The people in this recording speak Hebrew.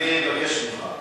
לא אבות אבותייך גדלו כאן.